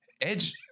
edge